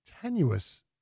Tenuous